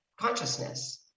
consciousness